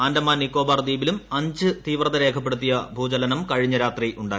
ആൻഡമാൻ നിക്കോബാർ ദ്വീപിലും അഞ്ച് തീവ്രത രേഖപ്പെടുത്തിയ ഭൂചലനം കഴിഞ്ഞ രാത്രി ഉണ്ടായി